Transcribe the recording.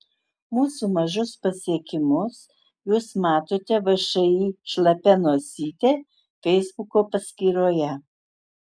mūsų mažus pasiekimus jūs matote všį šlapia nosytė feisbuko paskyroje